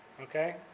okay